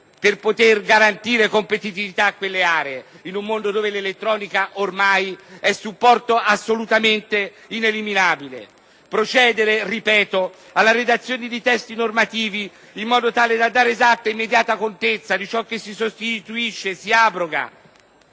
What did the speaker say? per poter garantire competitività a quelle aree in un mondo dove l'elettronica è ormai supporto assolutamente ineliminabile? Non è forse indispensabile - ripeto - procedere alla redazione di testi normativi in modo da dare esatta e immediata contezza di ciò che si sostituisce o si abroga,